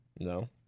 No